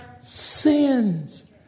sins